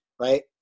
Right